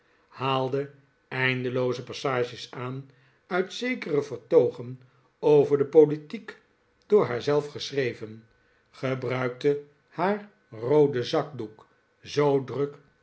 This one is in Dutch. haalde eindelooze passages aan uit zekere vertoogen over de politiek door haar zelf geschreven gebruikte haar rooden zakdoek zoo druk